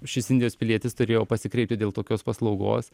šis indijos pilietis turėjo pasikreipti dėl tokios paslaugos